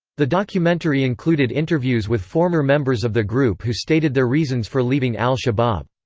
the documentary included interviews with former members of the group who stated their reasons for leaving al-shabab.